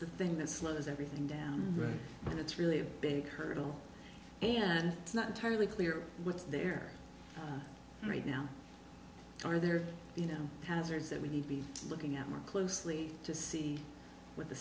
the thing that slows everything down and it's really a big hurdle and it's not entirely clear what's there right now are there you know hazards that we need to be looking at more closely to see what the